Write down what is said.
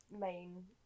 main